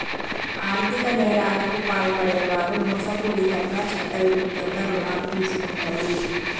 ఆర్ధిక నేరాలకు పాల్పడే వారు మోసపూరితంగా చట్టవిరుద్ధంగా రుణాలు తీసుకుంటరు